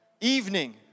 Evening